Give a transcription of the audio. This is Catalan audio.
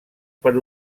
per